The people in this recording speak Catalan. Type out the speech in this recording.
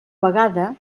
vegada